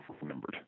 remembered